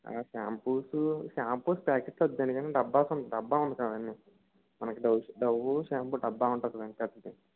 shampoos shampoos packets వద్దండి కాని డబ్బాస్ ఉన్ డబ్బా ఉంది కదండి మనకి డవ్ షా డవ్వు షాంపూ డబ్బా ఉంటుంది కదండి పెద్దది